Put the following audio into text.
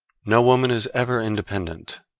no woman is ever independent,